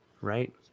right